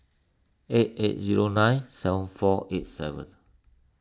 eight eight zero nine seven four eight seven